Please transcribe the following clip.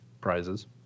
prizes